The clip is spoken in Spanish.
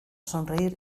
sonreír